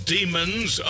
Demons